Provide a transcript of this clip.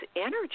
energy